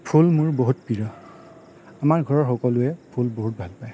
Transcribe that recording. ফুল মোৰ বহুত প্ৰিয় আমাৰ ঘৰৰ সকলোৱে ফুল বহুত ভাল পায়